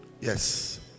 yes